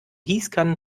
gießkannen